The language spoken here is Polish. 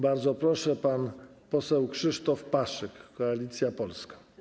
Bardzo proszę, pan poseł Krzysztof Paszyk, Koalicja Polska.